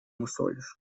мусолишь